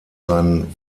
seinen